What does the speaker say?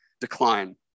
decline